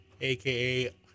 aka